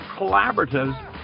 collaboratives